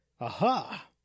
Aha